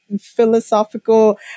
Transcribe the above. philosophical